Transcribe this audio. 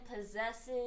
possesses